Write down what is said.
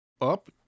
Up